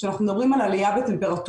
כשאנחנו מדברים על עלייה בטמפרטורות,